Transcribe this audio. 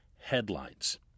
headlines